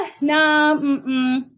no